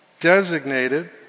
designated